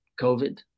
COVID